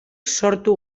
sortu